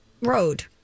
road